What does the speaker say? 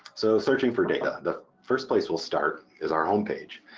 so searching for data. the first place we'll start is our homepage.